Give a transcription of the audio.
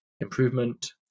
improvement